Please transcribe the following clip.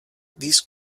these